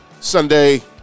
Sunday